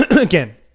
Again